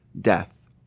death